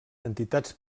entitats